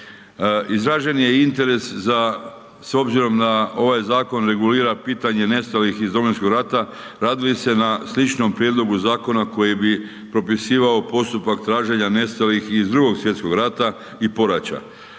Izražen je interes za, s obzirom na ovaj zakon regulira pitanje nestalih iz Domovinskog rata, radi li se na sličnom prijedlogu zakona koji bi propisivao postupak traženja nestalih i iz II. Svj. rata i poraća.